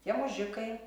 tie mužikai